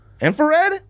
Infrared